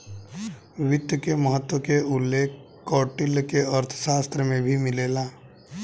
वित्त के महत्त्व के उल्लेख कौटिल्य के अर्थशास्त्र में भी मिलेला